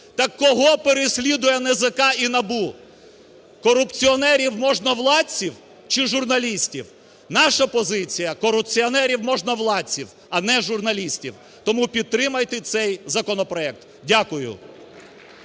так кого переслідує НАЗК і НАБУ – корупціонерів-можновладців чи журналістів. Наша позиція: -корупціонерів-можновладців, а не журналістів. Тому підтримайте цей законопроект. Дякую.